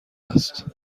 است